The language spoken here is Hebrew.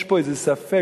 יש פה איזה ספק,